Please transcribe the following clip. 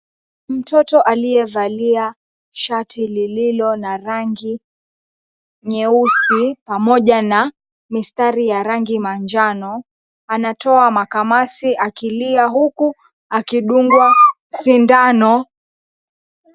Mtoto aliyevalia shati lililo na rangi nyeusi pamoja na, mistari ya rangi manjano, anatoa makamasi akilia huku akidungwa sindano